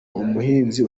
umuhinzi